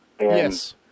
Yes